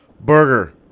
Burger